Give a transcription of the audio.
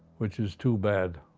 which is too bad.